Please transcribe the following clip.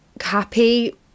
happy